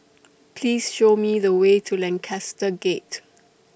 Please Show Me The Way to Lancaster Gate